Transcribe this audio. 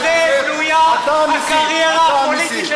אנחנו עוברים לחקיקה.